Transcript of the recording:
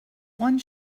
one